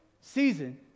season